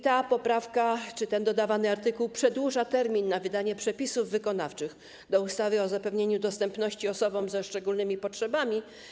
Ta poprawka czy ten dodawany artykuł przedłuża termin na wydanie przepisów wykonawczych do ustawy o zapewnieniu dostępności osobom ze szczególnymi potrzebami.